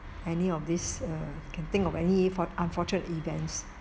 any of these uh can think of any fort~ unfortunate events